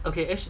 okay